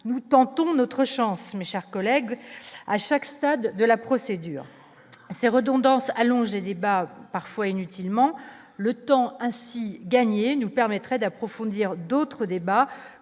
nous tentons notre chance mais chers collègues à chaque stade de la procédure ces redondances allonge débats parfois inutilement le temps ainsi gagné nous permettrait d'approfondir, d'autres débats